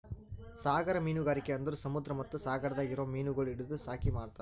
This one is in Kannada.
ಸಾಗರ ಮೀನುಗಾರಿಕೆ ಅಂದುರ್ ಸಮುದ್ರ ಮತ್ತ ಸಾಗರದಾಗ್ ಇರೊ ಮೀನಗೊಳ್ ಹಿಡಿದು ಸಾಕಿ ಮಾರ್ತಾರ್